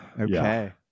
okay